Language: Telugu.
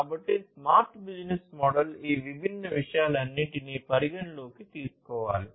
కాబట్టి స్మార్ట్ బిజినెస్ మోడల్ ఈ విభిన్న విషయాలన్నింటినీ పరిగణనలోకి తీసుకోవాలి